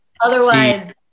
Otherwise